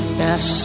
yes